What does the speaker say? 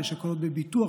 יש הקלות בביטוח,